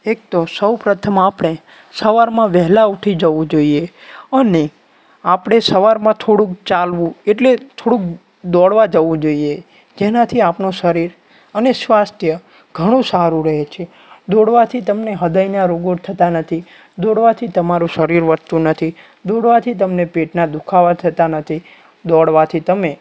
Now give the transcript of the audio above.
એક તો સૌ પ્રથમ આપણે સવારમાં વહેલાં ઉઠી જવું જોઈએ અને આપણે સવારમાં થોડુંક ચાલવું એટલે થોડુંક દોડવા જવું જોઈએ જેનાથી આપણું શરીર અને સ્વાસ્થ્ય ઘણું સારું રહે છે દોડવાથી તમને હૃદયના રોગો થતા નથી દોડવાથી તમારું શરીર વધતું નથી દોડવાથી તમને પેટના દુખાવા થતા નથી દોડવાથી તમે